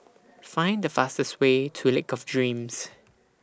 Find The fastest Way to Lake of Dreams